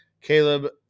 Caleb